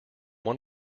one